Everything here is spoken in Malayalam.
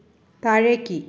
താഴേക്ക്